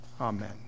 Amen